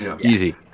Easy